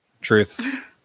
Truth